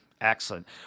Excellent